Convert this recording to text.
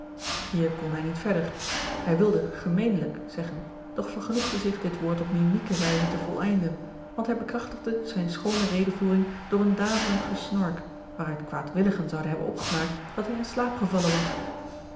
kon hij niet verder hij wilde gemeenlijk zeggen doch vergenoegde zich dit woord op mimieke wijze te voleinden want hij bekrachtigde zijne schoone redevoering door een daverend gegeorge een ongeluksvogel snork waaruit kwaadwilligen zouden hebben opgemaakt dat hij in slaap gevallen was